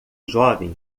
jovem